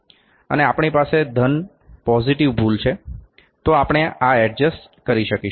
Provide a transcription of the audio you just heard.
અને આપણી પાસે ધન પોઝીટીવ ભૂલ છે તો આપણે આ એડજસ્ટ કરી શકીશું